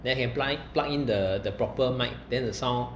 then can plug plug in the proper mic~ then the sound